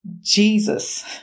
Jesus